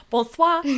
Bonsoir